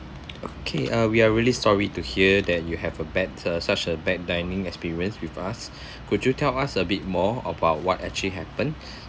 okay uh we are really sorry to hear that you have a bad uh such as a bad dining experience with us could you tell us a bit more about what actually happened